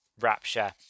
Rapture